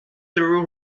through